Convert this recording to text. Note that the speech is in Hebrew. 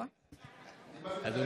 פה אנחנו מוכנים.